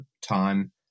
time